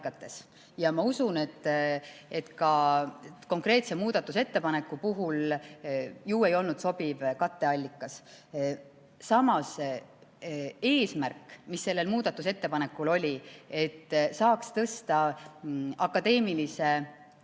Ja ma usun, et ka konkreetse muudatusettepaneku puhul ei olnud sobivat katteallikat. Samas eesmärk, mis sellel muudatusettepanekul oli – et saaks tõsta akadeemilise